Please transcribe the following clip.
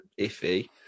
iffy